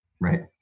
Right